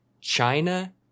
China